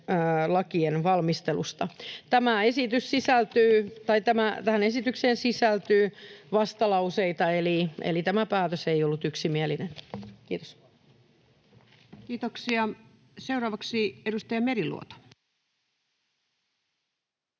lakien valmistelusta. Tähän esitykseen sisältyy vastalauseita, eli tämä päätös ei ollut yksimielinen. — Kiitos. [Speech 8] Speaker: